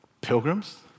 pilgrims